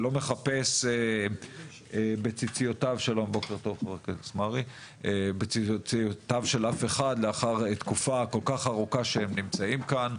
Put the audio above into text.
ולא מחפש בציציותיו של אף אחד לאחר תקופה כל כך ארוכה שהם נמצאים כאן.